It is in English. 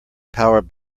powered